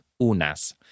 Unas